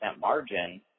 margin